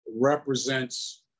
represents